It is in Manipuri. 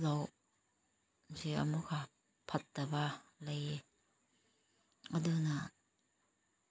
ꯂꯧꯁꯦ ꯑꯃꯨꯛꯀ ꯐꯠꯇꯕ ꯂꯩꯌꯦ ꯑꯗꯨꯅ